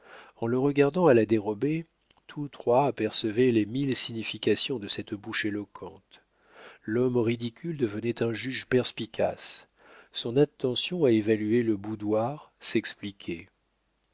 en le regardant à la dérobée tous trois apercevaient les mille significations de cette bouche éloquente l'homme ridicule devenait un juge perspicace son attention à évaluer le boudoir s'expliquait